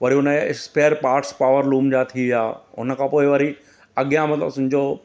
वरी हुन जे स्पेअर पाटस पॉवर लूम जा थी वया हुन खां पोइ वरी अॻियां मतिलबु सम्झो